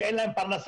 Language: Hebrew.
שאין להם פרנסה,